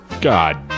God